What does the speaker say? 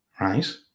right